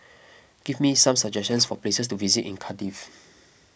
give me some suggestions for places to visit in Cardiff